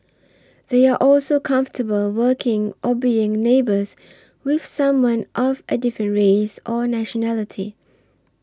they are also comfortable working or being neighbours with someone of a different race or nationality